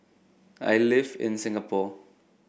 I live in Singapore